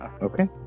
okay